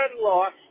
Lost